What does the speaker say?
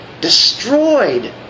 destroyed